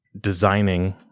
designing